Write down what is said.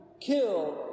kill